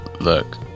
Look